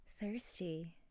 Thirsty